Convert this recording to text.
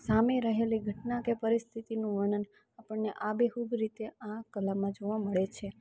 સામે રહેલી ઘટના કે પરિસ્થિતિનું વર્ણન આપણને આબેહૂબ રીતે આ કલામાં જોવા મળે છે